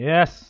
Yes